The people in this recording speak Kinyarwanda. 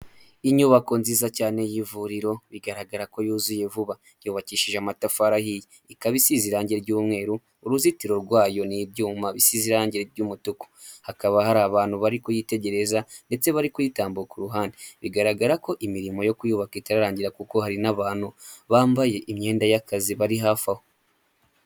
Inyubako nziza cyane y'ivuriro bigaragara ko yuzuye vuba, yubakishije amatafari ikaba isize irangi ry'umweru, uruzitiro rwayo ni ibyuma bisize irangi ry'umutuku, hakaba hari abantu bari kuyitegereza ndetse bari kuyitambuka iruhande bigaragara ko imirimo yo kuyubaka itararangira kuko hari n'abantu bambaye imyenda y'akazi bari hafi aho.